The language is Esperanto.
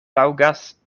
taŭgas